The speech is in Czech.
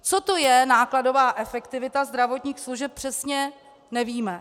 Co to je nákladová efektivita zdravotních služeb, přesně nevíme.